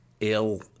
ill